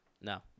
No